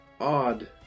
odd